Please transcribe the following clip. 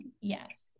Yes